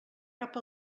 cap